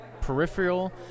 peripheral